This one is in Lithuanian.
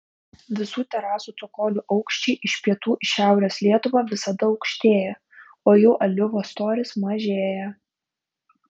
visų terasų cokolių aukščiai iš pietų į šiaurės lietuvą visada aukštėja o jų aliuvio storis mažėja